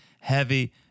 heavy